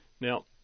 Now